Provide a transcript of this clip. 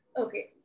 Okay